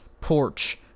Porch